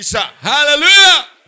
Hallelujah